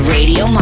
Radio